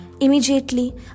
Immediately